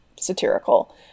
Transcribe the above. satirical